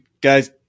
guys